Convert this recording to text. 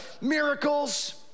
miracles